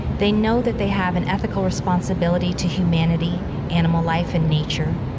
they know that they have an ethical responsibility to humanity, animal life, and nature,